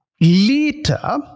Later